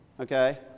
okay